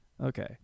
Okay